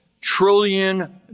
trillion